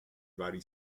vari